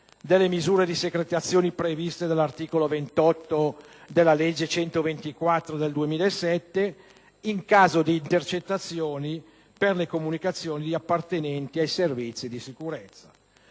delle misure di secretazione previste dall'articolo 28 della legge n. 124 del 2007 in caso di intercettazioni per le comunicazioni di appartenenti ai servizi di sicurezza.